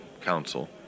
council